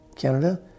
Canada